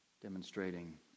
Demonstrating